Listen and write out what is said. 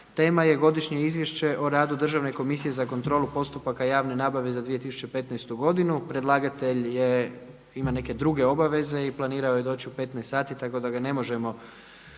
Tema je godišnje izvješće o radu Državne komisije za kontrolu postupaka javne nabave za 2015. godinu. Predlagatelj ima neke druge obaveze i planirao je doći u 15 sati tako da ga ne možemo